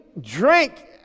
drink